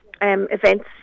events